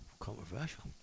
Controversial